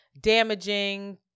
damaging